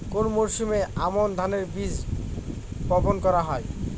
কোন মরশুমে আমন ধানের বীজ বপন করা হয়?